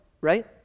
right